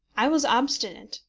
i was obstinate,